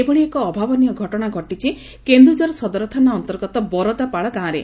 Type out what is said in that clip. ଏଭଳି ଏକ ଅଭାବନୀୟ ଘଟଶା ଘଟିଛି କେନ୍ଦୁଝର ସଦର ଥାନା ଅନ୍ତର୍ଗତ ବରଦାପାଳ ଗାଁରେ